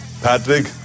Patrick